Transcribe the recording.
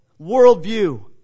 worldview